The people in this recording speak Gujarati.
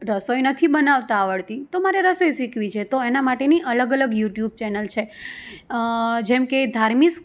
રસોઈ નથી બનાવતા આવડતી તો મારે રસોઈ શીખવી છે તો એના માટેની અલગ અલગ યુટ્યુબ છે અ જેમકે ધાર્મીસ